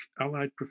allied